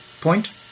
point